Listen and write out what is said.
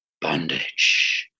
bondage